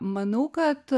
manau kad